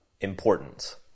importance